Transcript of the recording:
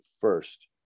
first